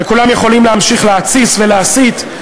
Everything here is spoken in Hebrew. וכולם יכולים להמשיך להתסיס ולהסית,